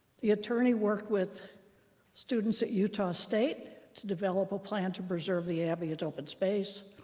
the attorney work with students at utah state to develop a plan to preserve the abbey its open space.